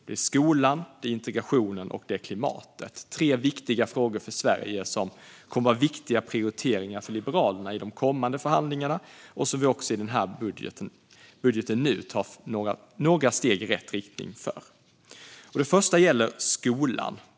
Det är skolan, integrationen och klimatet - tre viktiga frågor för Sverige som kommer att vara viktiga prioriteringar för Liberalerna i de kommande förhandlingarna, och också i den här budgeten tar vi några steg i rätt riktning för dem. Det första området är skolan.